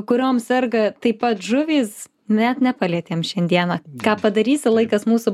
kuriom serga taip pat žuvys net nepalietėm šiandieną ką padarysi laikas mūsų